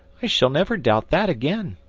i shall never doubt that again.